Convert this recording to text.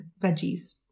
veggies